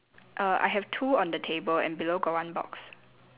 err I have two on the table and below got one box